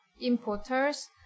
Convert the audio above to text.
importers